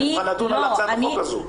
אני מוכן לדון על הצעת החוק הזאת.